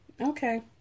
okay